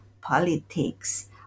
politics